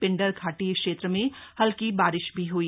पिंडर घाटी क्षेत्र में हल्की बारिश भी हुई